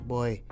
boy